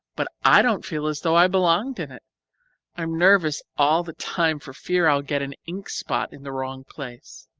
but i don't feel as though i belonged in it i'm nervous all the time for fear i'll get an ink spot in the wrong place.